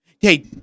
Hey